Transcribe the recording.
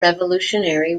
revolutionary